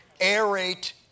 aerate